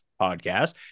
podcast